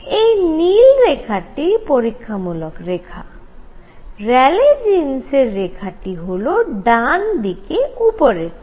এই নীল রেখাটি পরীক্ষামূলক রেখা র্যালে - জীন্সের রেখা টি হল ডানদিকে উপরেরটি